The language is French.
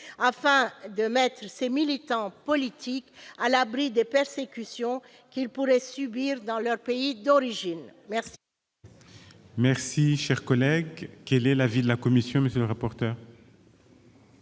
afin de mettre les militants politiques à l'abri des persécutions qu'ils pourraient subir dans leurs pays d'origine. Quel